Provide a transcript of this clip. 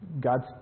God's